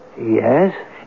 Yes